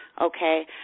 okay